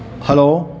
hello